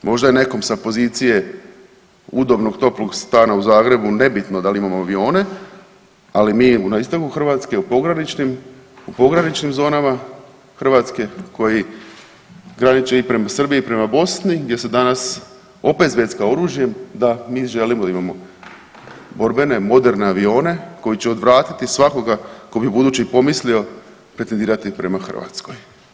Možda je nekom sa pozicije udobnog toplog stana u Zagrebu nebitno da li imamo avione, ali mi na istoku Hrvatske u pograničnim zonama Hrvatske koji graniče i prema Srbiji i prema Bosni gdje se danas opet zvecka oružjem da mi želimo da imamo borbene moderne avione koji će odvratiti svakoga ko bi ubuduće i pomislio pretendirati prema Hrvatskoj.